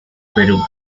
perú